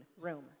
room